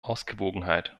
ausgewogenheit